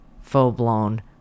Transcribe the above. full-blown